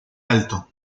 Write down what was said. alto